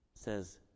says